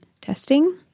testing